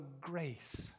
grace